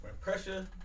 pressure